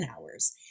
hours